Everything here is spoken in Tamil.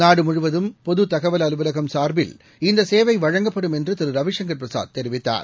நாடு முழுவதும் பொது தகவல் அலுவலகம் சார்பில் இந்த சேவை வழங்கப்படும் என்று திரு ரவிசங்கர் பிரசாத் தெரிவித்தார்